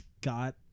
got